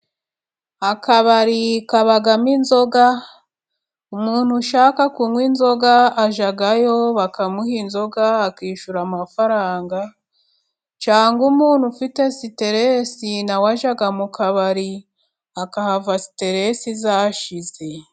Akabari kabamo inzoga. Umuntu ushaka kunywa inzoga ajyayo bakamuha inzoga akishyura amafaranga, cyagwa umuntu ufite siteresi na we ajya mu kabari akahava siteresi zashize.